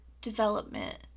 development